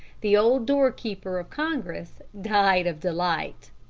the old door-keeper of congress died of delight.